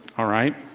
all right.